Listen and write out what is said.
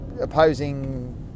opposing